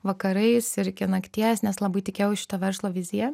vakarais ir iki nakties nes labai tikėjau šito verslo vizija